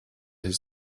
his